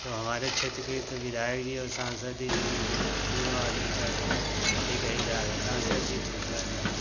तो हमारे क्षेत्र के तो विधायक जी और सांसद जी दोनों जो दूनों आदमी का तो एक ही राग है सांसद जी तो खैर भई